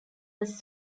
was